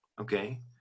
Okay